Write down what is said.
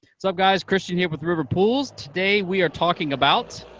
sup guys, cristian here with river pools. today we are talking about